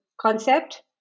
concept